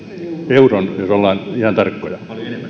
euron jos ollaan ihan tarkkoja